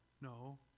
no